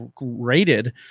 rated